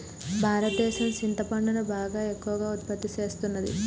భారతదేసం సింతపండును బాగా ఎక్కువగా ఉత్పత్తి సేస్తున్నది